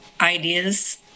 ideas